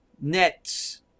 nets